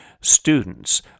students